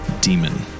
demon